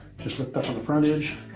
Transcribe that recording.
just put that on the front edge,